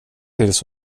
tills